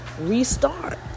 restart